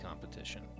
competition